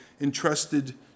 entrusted